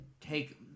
take